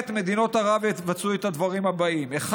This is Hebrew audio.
3. באותה העת מדינות ערב יבצעו את הדברים הבאים: א.